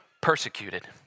persecuted